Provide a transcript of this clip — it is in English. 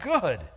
good